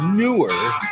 newer